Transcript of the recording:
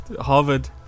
Harvard